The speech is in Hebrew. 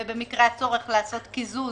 ובמקרה הצורך לעשות קיזוז,